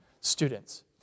students